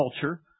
culture